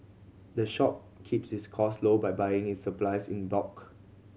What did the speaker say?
the shop keeps its cost low by buying its supplies in bulk